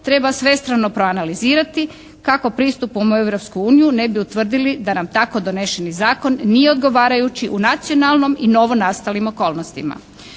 treba svestrano proanalizirati kako pristupom u Europsku uniju ne bi utvrdili da nam tako doneseni zakon nije odgovarajući u nacionalnom i novonastalim okolnostima.